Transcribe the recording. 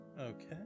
Okay